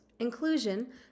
Inclusion